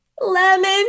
lemon